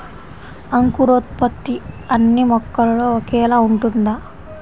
అంకురోత్పత్తి అన్నీ మొక్కలో ఒకేలా ఉంటుందా?